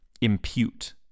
impute